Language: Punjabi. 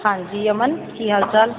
ਹਾਂਜੀ ਅਮਨ ਕੀ ਹਾਲ ਚਾਲ